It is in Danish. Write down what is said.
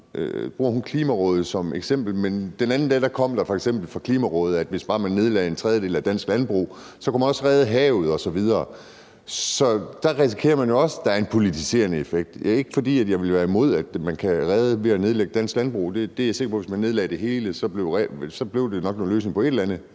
bruger Klimarådet som eksempel. Men f.eks. den anden dag kom Klimarådet med, at hvis man bare nedlagde en tredjedel af dansk landbrug, kunne man også redde havet osv., så der risikerer man også, at det har en politiserende effekt. Det er ikke, fordi jeg ville være imod, at man kan redde noget ved at nedlægge dansk landbrug, for jeg er sikker på, at hvis man nedlagde det hele, ville det løse nogle andre